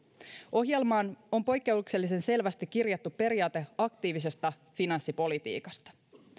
ohjelmaan on poikkeuksellisen selvästi kirjattu periaate aktiivisesta finanssipolitiikasta